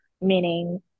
Meaning